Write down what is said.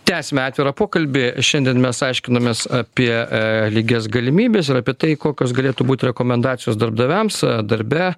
tęsiame atvirą pokalbį šiandien mes aiškinamės apie lygias galimybes ir apie tai kokios galėtų būt rekomendacijos darbdaviams darbe